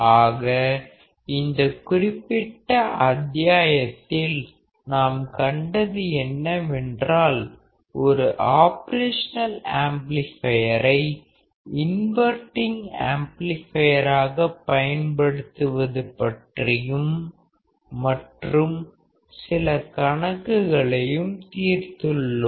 ஆக இந்த குறிப்பிட்ட அத்தியாயத்தில் நாம் கண்டது என்னவென்றால் ஒரு ஆபரேஷனல் ஆம்ப்ளிபையரை இன்வர்டிங் ஆம்ப்ளிபையராக பயன்படுத்துவது பற்றியும் மற்றும் சில கணக்குகளையும் தீர்த்துள்ளோம்